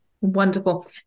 Wonderful